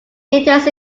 interest